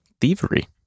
Thievery